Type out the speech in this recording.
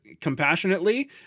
compassionately